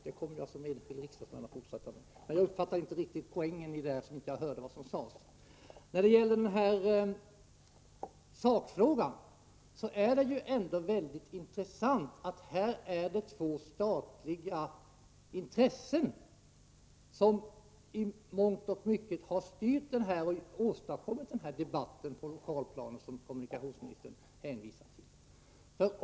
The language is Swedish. Det kommer naturligtvis vi riksdagsmän att fortsätta att göra, men jag uppfattade inte poängen i detta, eftersom jag inte hörde vad som sades. När det gäller sakfrågan är det väldigt intressant att det här är två statliga intressen som i mångt och mycket har styrt debatten och åstadkommit den debatt på lokalplanet som kommunikationsministern hänvisat till.